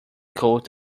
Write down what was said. coat